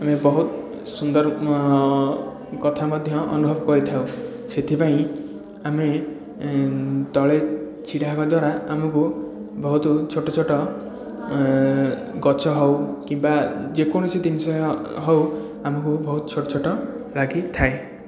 ମାନେ ବହୁତ ସୁନ୍ଦର କଥା ମଧ୍ୟ ଅନୁଭବ କରିଥାଉ ସେଥିପାଇଁ ଆମେ ତଳେ ଛିଡ଼ା ହେବା ଦ୍ଵାରା ଆମକୁ ବହୁତ ଛୋଟ ଛୋଟ ଗଛ ହେଉ କିମ୍ବା ଯେକୌଣସି ଜିନିଷ ହେଉ ଆମକୁ ବହୁତ ଛୋଟ ଛୋଟ ଲାଗିଥାଏ